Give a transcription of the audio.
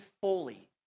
fully